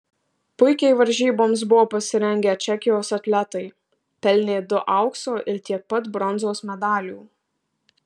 puikiai varžyboms buvo pasirengę čekijos atletai pelnė du aukso ir tiek pat bronzos medalių